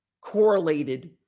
correlated